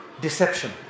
deception